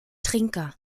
trinker